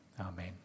Amen